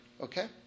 Okay